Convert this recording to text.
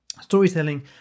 Storytelling